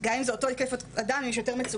אז גם באותה כמות של כוח אדם או גם אם יש יותר מצוקות